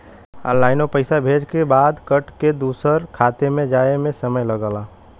ऑनलाइनो पइसा भेजे के बाद कट के दूसर खाते मे जाए मे समय लगला